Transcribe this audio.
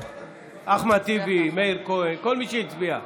אחמד טיבי, מאיר כהן, כל מי שהצביע.